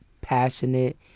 passionate